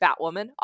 Batwoman